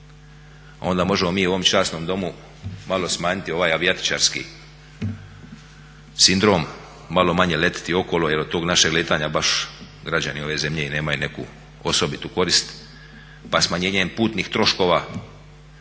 Onda možemo mi u ovom časnom Domu malo smanjiti ovaj avijatičarski sindrom, malo manje letjeti okolo jer od tog našeg letanja baš građani ove zemlje i nemaju nekakvu osobitu korist pa smanjenjem putnih troškova,